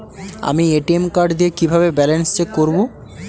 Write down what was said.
আমি ATM card দিয়ে কিভাবে ব্যালেন্স চেক করব?